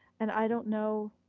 and i don't know,